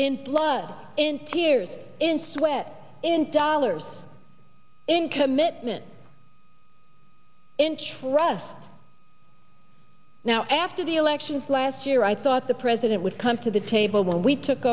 in blood in tears in sweat in dollars in commitment in chief for us now after the elections last year i thought the president would come to the table when we took